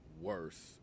worse